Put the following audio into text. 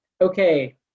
okay